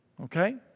Okay